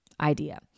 idea